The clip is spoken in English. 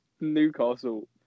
Newcastle